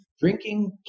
Drinking